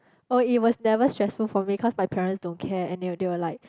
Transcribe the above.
oh it was never stressful for me cause my parents don't care and they were they were like